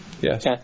yes